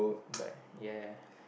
but ya